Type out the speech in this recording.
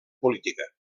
política